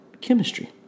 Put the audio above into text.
chemistry